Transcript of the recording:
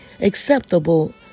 acceptable